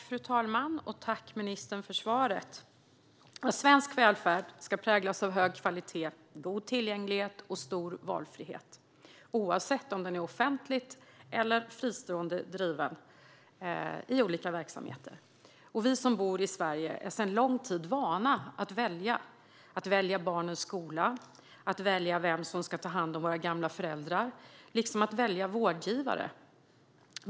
Fru talman! Tack, ministern, för svaret! Svensk välfärd ska präglas av hög kvalitet, god tillgänglighet och stor valfrihet oavsett om verksamheten är offentligt driven eller fristående driven. Vi som bor i Sverige är sedan lång tid vana vid att välja. Vi är vana vid att välja barnens skola, att välja vem som ska ta hand om våra gamla föräldrar liksom att välja vårdgivare.